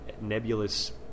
nebulous